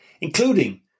including